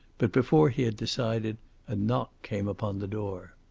but before he had decided a knock came upon the door.